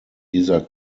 dieser